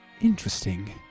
Interesting